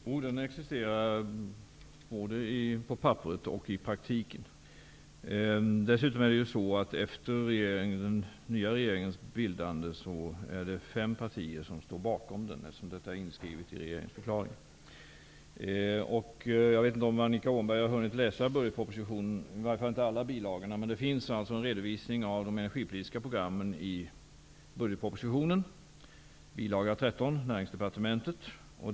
Fru talman! Jo, energiöverenskommelsen existerar, både på papperet och i praktiken. Dessutom är det, efter den nya regeringens bildande, fem partier som står bakom den, eftersom detta är inskrivet i regeringsförklaringen. Jag vet inte om Annika Åhnberg har hunnit läsa budgetpropositionen, om än inte alla bilagor, men i bil. 13 från Näringsdepartementet finns en redovisning av de energipolitiska programmen.